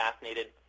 fascinated